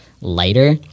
lighter